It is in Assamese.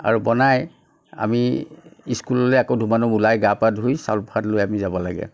আৰু বনাই আমি স্কুললৈ আকৌ ধুমাধুম ওলাই গা পা ধুই চাউল প্ৰসাদ লৈ আমি যাব লাগে